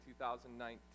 2019